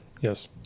yes